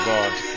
God